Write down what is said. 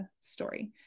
story